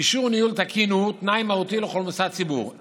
אישור ניהול תקין הוא תנאי מהותי לכל מוסד ציבור,